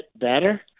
better